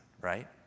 right